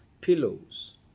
pillows